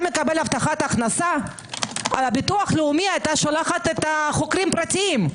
מקבל הבטחת הכנסה ביטוח לאומי היה שולח חוקרים פרטיים,